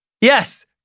Yes